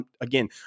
again